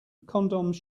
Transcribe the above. condoms